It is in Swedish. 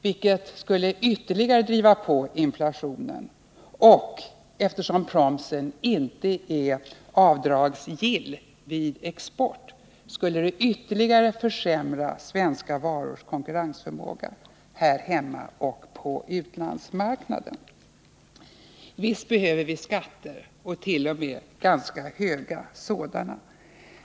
Detta skulle ytterligare driva på inflationen, och eftersom promsen inte kan avräknas vid export skulle det ytterligare försämra svenska varors konkurrensförmåga här hemma och på utlandsmarknaden. Visst behöver vi skatter — och t.o.m. ganska höga sådana.